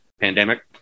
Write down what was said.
pandemic